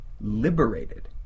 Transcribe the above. liberated